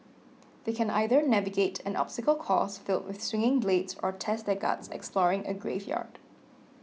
they can either navigate an obstacle course filled with swinging blades or test their guts exploring a graveyard